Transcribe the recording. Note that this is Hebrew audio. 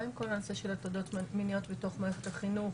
מה עם כל הנושא של הטרדות מיניות בתוך מערכת החינוך,